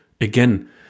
again